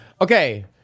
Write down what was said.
Okay